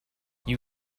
you